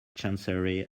chancery